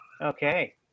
Okay